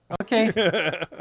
okay